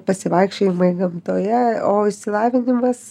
pasivaikščiojimai gamtoje o išsilavinimas